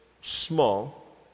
small